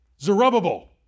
Zerubbabel